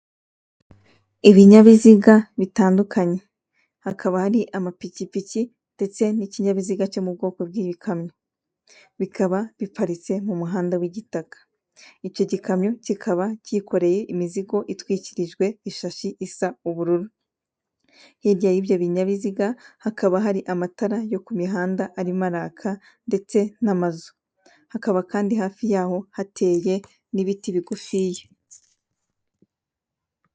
Ibinyabiziga bitandukanye. Hakaba hari amapikipiki ndetse n'ikinyabiziga cyo mu bwoko bw'ibikamyo, bikaba biparitse mu muhanda w'igitaka. Icyo gikamyo kikaba cyikoreye imizigo itwikirijwe ishashi isa ubururu. Hirya y'ibyo binyabiziga hakaba hari amatara yo ku mihanda arimo araka ndetse n'amazu. Hakaba kandi hafi yaho hateye n'ibiti bigufiya.